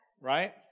right